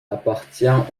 appartient